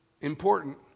Important